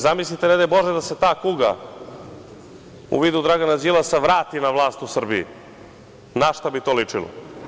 Zamislite, ne daj Bože, da se ta kuga u vidu Dragana Đilasa vrati na vlast u Srbiji, na šta bi to ličilo.